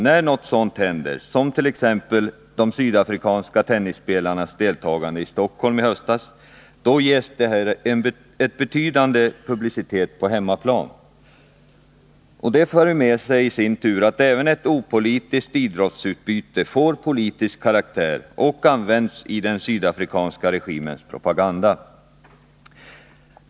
När något sådant händer — som t.ex. när de sydafrikanska tennisspelarna deltog i Stockholm Open i höstas — ges detta en betydande publicitet på hemmaplan. Detta för i sin tur med sig att även ett opolitiskt idrottsutbyte får politisk karaktär och används i den sydafrikanska regimens propaganda.